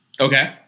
Okay